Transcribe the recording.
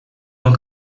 tant